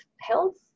health